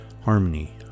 harmony